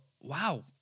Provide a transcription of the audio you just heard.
wow